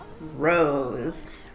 Rose